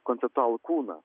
konceptualų kūną